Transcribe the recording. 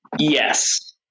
Yes